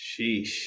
Sheesh